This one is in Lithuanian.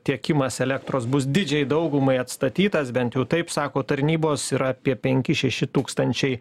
tiekimas elektros bus didžiajai daugumai atstatytas bent jau taip sako tarnybos ir apie penki šeši tūkstančiai